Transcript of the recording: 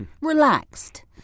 Relaxed